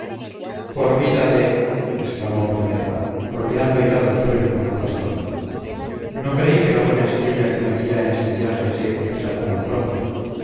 por vida de exclamó urdaneta golpeando airado el suelo con su bastón no creí que la buena estrella que me guía en este viaje se eclipsara tan pronto